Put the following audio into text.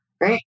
right